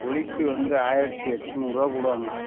குழிக்கு வந்து ஆயிரத்தி எட்நூறுபா போடுவாங்கள்